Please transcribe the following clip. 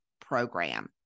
program